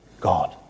God